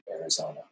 Arizona